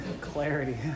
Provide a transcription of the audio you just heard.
Clarity